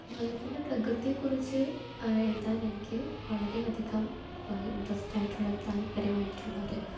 അതുപോലെ തന്നെ പ്രകൃതിയെക്കുറിച്ച് എഴുതാനെനിക്ക് വളരെയധികം ഇൻട്രെസ്റ്റ് ആയിട്ടുള്ള താല്പര്യമായിട്ടുള്ള ഒരു